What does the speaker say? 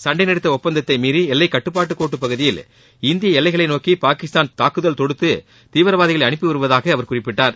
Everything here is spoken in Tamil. சண்டை நிறுத்த ஒப்பந்தத்தை மீறி எல்லைக் கட்டுப்பாட்டு கோட்டு பகுதியில் இந்திய எல்லைகளை நோக்கி பாகிஸ்தான் தாக்குதல் தொடுத்து தீவிரவாதிகளை அனுப்பி வருவதாக அவர் குறிப்பிட்டார்